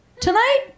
tonight